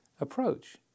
approach